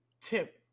tip